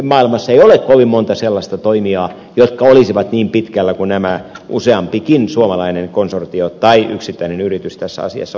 maailmassa ei ole kovin monta sellaista toimijaa jotka olisivat niin pitkällä kuin useampikin suomalainen konsortio tai yksittäinen yritys tässä asiassa on